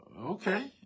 okay